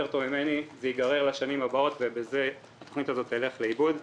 ייגרר לשנים הבאות ובזה התכנית הזאת תלך לאיבוד.